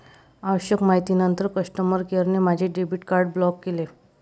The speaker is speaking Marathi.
आवश्यक माहितीनंतर कस्टमर केअरने माझे डेबिट कार्ड ब्लॉक केले